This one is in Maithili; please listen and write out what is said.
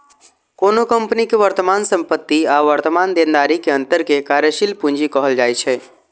कोनो कंपनी के वर्तमान संपत्ति आ वर्तमान देनदारी के अंतर कें कार्यशील पूंजी कहल जाइ छै